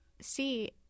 see